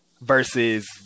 Versus